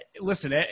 Listen